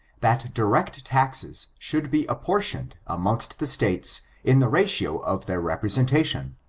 that direct taxes should be apportioned amongst the states in the ratio of their representation.